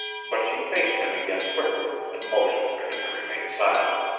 but she faced him again quickly and motioned for him to remain silent.